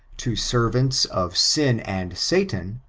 to servants of sin and satan,